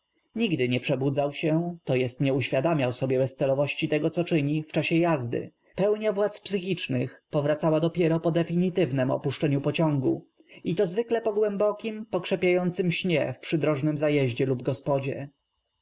nigdy nie przebudzał się t j nie uśw iadam iał sobie bezcelowości tego co czyni w czasie jazdy pełnia w ładz psychicznych pow racała dopiero po definityw nem opusz czeniu pociągu i to zwykle po głębokim pokrzepiającym śnie w przydrożnym zajeździe lub gospodzie